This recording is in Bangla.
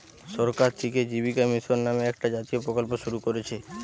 সরকার থিকে জীবিকা মিশন নামে একটা জাতীয় প্রকল্প শুরু কোরছে